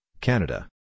Canada